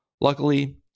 luckily